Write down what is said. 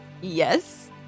Yes